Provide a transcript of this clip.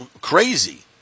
crazy